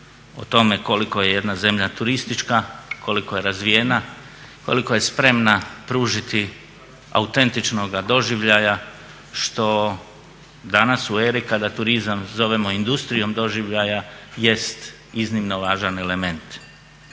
o tome koliko je jedna zemlja turistička, koliko je razvijena, koliko je spremna pružiti autentičnoga doživljaja što danas u eri kada turizam zovemo industrijom doživljaja jest iznimno važan element.